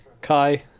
Kai